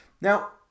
Now